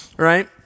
Right